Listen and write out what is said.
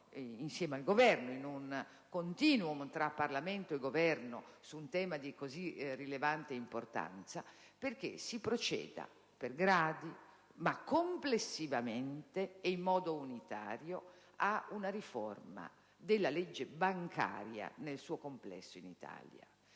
insieme al Governo, in un *continuum* tra Parlamento e Governo, su un tema di così rilevante importanza, perché si proceda per gradi, ma complessivamente e in modo unitario, a una riforma della legge bancaria italiana: